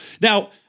Now